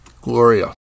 Gloria